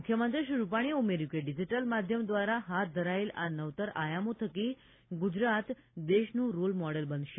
મુખ્યમંત્રી શ્રી રૂપાણીએ ઉમેર્યું કે ડીજીટલ માધ્યમ દ્વારા હાથ ધરાયેલા આ નવતર આયામો થકી ગુજરાત દેશનું રોલ મોડલ બનશે